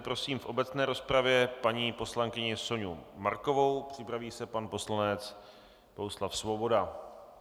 Prosím v obecné rozpravě paní poslankyni Soňu Markovou, připraví se pan poslanec Bohuslav Svoboda.